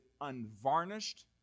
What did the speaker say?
unvarnished